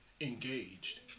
engaged